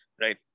right